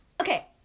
Okay